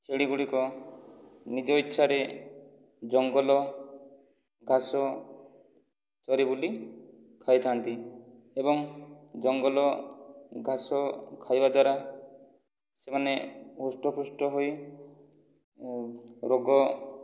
ଛେଳି ଗୁଡ଼ିକ ନିଜ ଇଛାରେ ଜଙ୍ଗଲ ଘାସ ଚରି ବୁଲି ଖାଇଥାନ୍ତି ଏବଂ ଜଙ୍ଗଲ ଘାସ ଖାଇବା ଦ୍ୱାରା ସେମାନେ ହୃଷ୍ଟ ପୃଷ୍ଟ ହୋଇ ରୋଗ